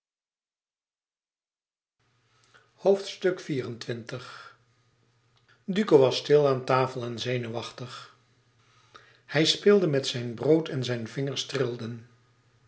duco was stil aan tafel en zenuwachtig hij speelde met zijn brood en zijn vingers trilden